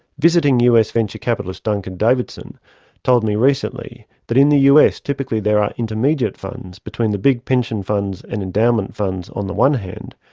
visiting us venture capitalist duncan davidson told me recently that in the us typically there are intermediate funds between the big pension funds and endowment funds on the one hand,